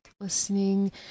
listening